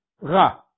Ra